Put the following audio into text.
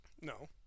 no